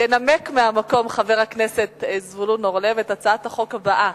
ינמק מהמקום חבר הכנסת זבולון אורלב את הצעת החוק הבאה: